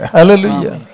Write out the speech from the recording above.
Hallelujah